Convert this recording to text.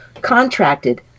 contracted